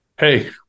hey